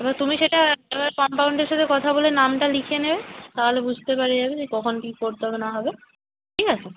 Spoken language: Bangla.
এবার তুমি সেটা একবার কম্পাউন্ডের সাথে কথা বলে নামটা লিখিয়ে নেবে তাহলে বুঝতে পারা যাবে যে কখন কি করতে হবে না হবে ঠিক আছে